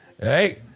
hey